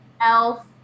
Elf